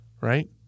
right